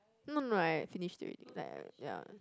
no no I finished already like ya